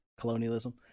Colonialism